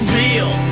real